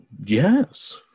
Yes